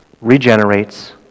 regenerates